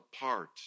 apart